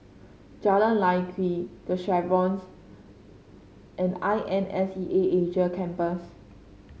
Jalan Lye Kwee The Chevrons and I N S E A Asia Campus